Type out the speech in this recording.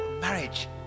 marriage